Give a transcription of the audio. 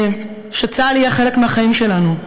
שצה"ל יהיה חלק מהחיים שלנו.